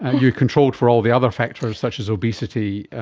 you controlled for all the other factors such as obesity,